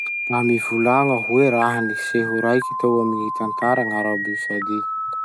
Mba mivolagna hoe raha-niseho raiky teo amy gny tantaran'Arabi Saodita?